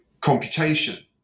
computation